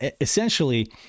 essentially